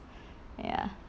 ya